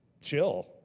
chill